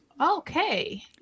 Okay